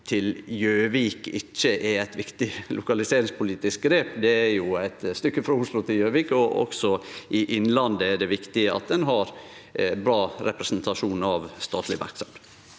til Gjøvik ikkje er eit viktig lokaliseringspolitisk grep. Det er eit stykke frå Oslo til Gjøvik, og også i Innlandet er det viktig at ein har bra representasjon av statlege verksemder.